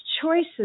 choices